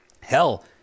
hell